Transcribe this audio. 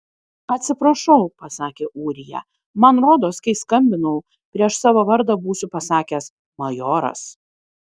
atsiprašau pasakė ūrija man rodos kai skambinau prieš savo vardą būsiu pasakęs majoras